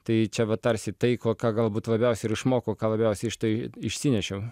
tai čia vat tarsi tai ko ką galbūt labiausiai ir išmokau ką labiausiai štai išsinešiau